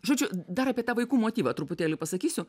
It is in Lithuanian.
žodžiu dar apie tą vaikų motyvą truputėlį pasakysiu